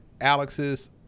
Alex's